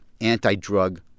anti-drug